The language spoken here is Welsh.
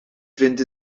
fynd